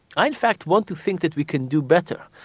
i in fact want to think that we can do better.